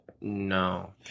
no